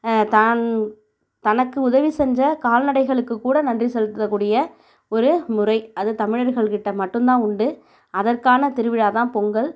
தான் தனக்கு உதவி செஞ்ச கால்நடைகளுக்கு கூட நன்றி செலுத்தக்கூடிய ஒரு முறை அது தமிழர்கள்கிட்டே மட்டும் தான் உண்டு அதற்கான திருவிழா தான் பொங்கல்